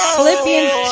Philippians